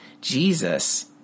Jesus